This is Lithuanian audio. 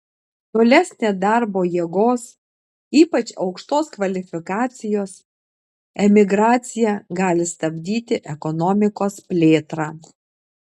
tolesnė darbo jėgos ypač aukštos kvalifikacijos emigracija gali stabdyti ekonomikos plėtrą